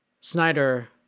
Snyder